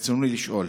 ברצוני לשאול: